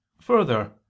further